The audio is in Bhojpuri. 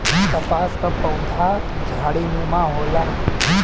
कपास क पउधा झाड़ीनुमा होला